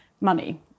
money